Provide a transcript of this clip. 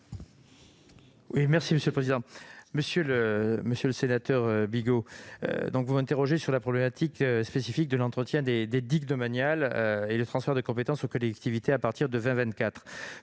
secrétaire d'État. Monsieur le sénateur Bigot, vous m'interrogez sur la problématique spécifique de l'entretien des digues domaniales et sur les transferts de compétences aux collectivités à partir de 2024.